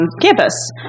campus